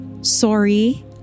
sorry